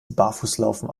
barfußlaufen